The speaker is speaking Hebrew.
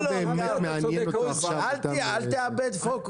לא באמת מעניין אותו עכשיו --- אל תאבד פוקוס.